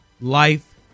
life